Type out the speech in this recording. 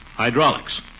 Hydraulics